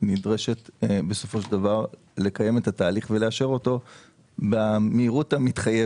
נדרשת לקיים את התהליך ולאשר אותו במהירות המתחייבת.